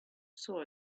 saw